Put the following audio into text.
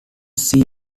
sea